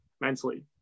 mentally